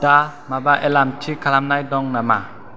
दा माबा एलार्म थि खालामनाय दं नामा